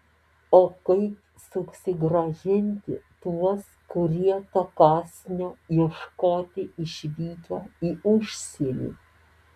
o kaip susigrąžinti tuos kurie to kąsnio ieškoti išvykę į užsienį